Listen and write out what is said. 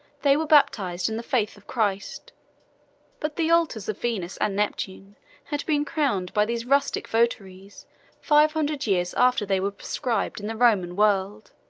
they were baptized in the faith of christ but the altars of venus and neptune had been crowned by these rustic votaries five hundred years after they were proscribed in the roman world.